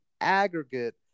aggregate